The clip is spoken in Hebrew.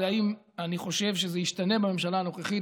אם אני חושב שזה ישתנה בממשלה הנוכחית.